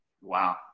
Wow